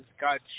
God